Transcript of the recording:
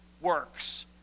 works